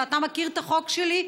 ואתה מכיר את החוק שלי,